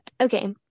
okay